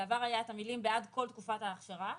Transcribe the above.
בעבר היו את המילים "בעד כל תקופת ההכשרה",